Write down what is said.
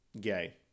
Gay